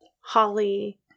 Holly